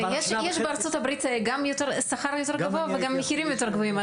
יש בארצות הברית גם שכר יותר גבוה וגם מחירים יותר גבוהים.